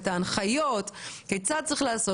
את ההנחיות כיצד צריך לעשות,